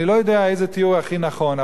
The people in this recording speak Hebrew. אני לא יודע איזה תיאור הכי נכון,